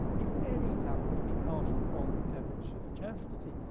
if any doubt were to be cast on devonshire's chastity,